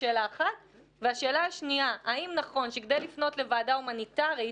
שאלה שנייה האם נכון שכדי לפנות לוועדה הומניטרית